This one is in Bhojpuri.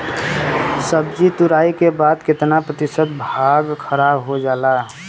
सब्जी तुराई के बाद केतना प्रतिशत भाग खराब हो जाला?